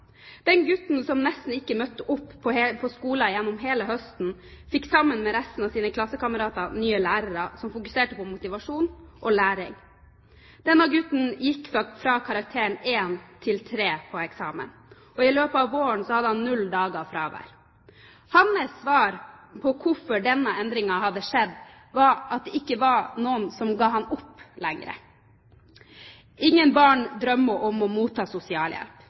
Den gutten som nesten ikke møtte opp på skolen gjennom hele høsten, fikk sammen med resten av sine klassekamerater nye lærere som fokuserte på motivasjon og læring. Denne gutten gikk fra karakteren 1 til 3 på eksamen. I løpet av våren hadde han null dager fravær. Hans svar på hvorfor denne endringen hadde skjedd, var at det ikke var noen som ga ham opp lenger. Ingen barn drømmer om å motta sosialhjelp.